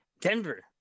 Denver